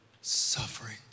suffering